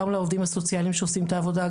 גם לעובדים הסוציאליים שעושים את העבודה,